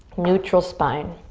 neutral spine.